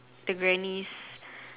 the grannies